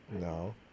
No